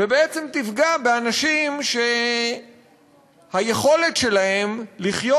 ובעצם תפגע באנשים שהיכולת שלהם לחיות